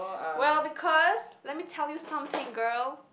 well because let me tell you something girl